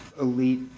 elite